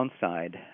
downside